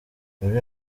uri